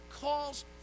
calls